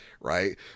right